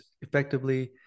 effectively